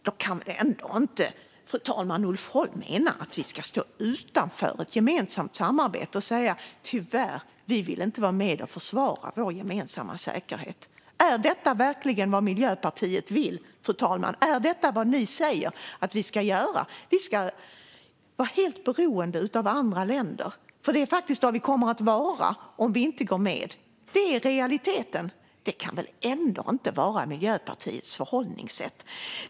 Då kan väl ändå inte Ulf Holm mena att vi ska stå utanför ett gemensamt samarbete och säga: Tyvärr, vi vill inte vara med och försvara vår gemensamma säkerhet. Är detta verkligen vad Miljöpartiet vill? Är detta vad ni säger att vi ska göra, det vill säga att vi ska vara helt beroende av andra länder? Det är vad vi kommer att vara om vi inte går med. Det är realiteten. Det kan väl ändå inte vara Miljöpartiets förhållningssätt.